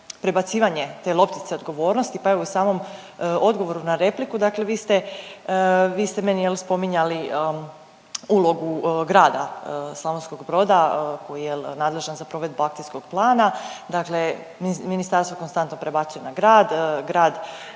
prebacivanje te loptice odgovornosti, pa evo i u samom odgovoru na repliku dakle vi ste, vi ste meni jel spominjali ulogu grada Slavonskog Broda jel nadležan za provedbu akcijskog plana, dakle ministarstvo konstantno prebacuje na grad, grad